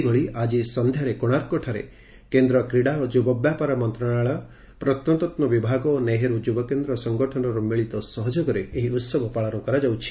ସେହିଭଳି ଆଜି ସନ୍ଧ୍ୟାରେ କୋଶାର୍କଠାରେ କେନ୍ଦ୍ର କ୍ରିଡ଼ା ଓ ଯୁବ ବ୍ୟାପାର ମନ୍ତଶାଳୟ ପ୍ରତ୍ନତତ୍ତ୍ ବିଭାଗ ଓ ନେହେରୁ ଯୁବକେନ୍ଦ୍ ସଙ୍ଗଠନର ମିଳିତ ସହଯୋଗରେ ଏହି ଉହବ ପାଳନ କରାଯାଉଛି